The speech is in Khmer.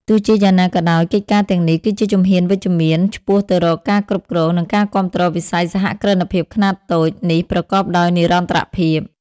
ទោះជាយ៉ាងណាក៏ដោយ កិច្ចការទាំងនេះគឺជាជំហានវិជ្ជមានឆ្ពោះទៅរកការគ្រប់គ្រង និងការគាំទ្រវិស័យសហគ្រិនភាពខ្នាតតូចនេះប្រកបដោយនិរន្តរភាព ។